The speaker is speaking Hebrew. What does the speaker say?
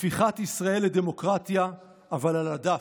הפיכת ישראל לדמוקרטיה אבל על הדף,